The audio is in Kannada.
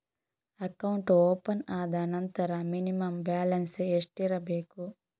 ಅಕೌಂಟ್ ಓಪನ್ ಆದ ನಂತರ ಮಿನಿಮಂ ಬ್ಯಾಲೆನ್ಸ್ ಎಷ್ಟಿರಬೇಕು?